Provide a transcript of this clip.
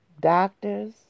Doctors